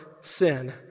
sin